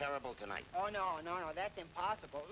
terrible tonight oh no no no that's impossible